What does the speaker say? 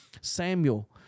Samuel